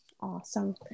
Awesome